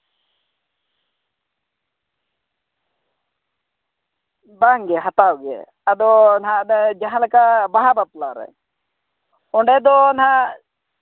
ᱵᱟᱝᱜᱮ ᱦᱟᱛᱟᱣ ᱜᱮ ᱟᱫᱚ ᱱᱟᱜ ᱫᱚ ᱡᱟᱦᱟᱸᱞᱮᱠᱟ ᱵᱟᱦᱟ ᱵᱟᱯᱞᱟ ᱨᱮ ᱚᱸᱰᱮ ᱫᱚ ᱱᱟᱜ